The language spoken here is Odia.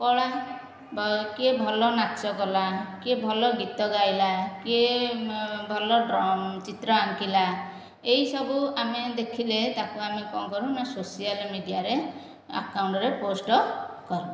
କଳା ବା କିଏ ଭଲ ନାଚ କଲା କିଏ ଭଲ ଗୀତ ଗାଇଲା କିଏ ଭଲ ଚିତ୍ର ଆଙ୍କିଲା ଏଇ ସବୁ ଆମେ ଦେଖିଲେ ତାକୁ ଆମେ କଣ କରୁ ନା ସୋସିଆଲ ମିଡ଼ିଆରେ ଆକାଉଣ୍ଟରେ ପୋଷ୍ଟ କରୁ